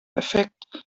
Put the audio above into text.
effekt